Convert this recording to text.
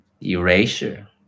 erasure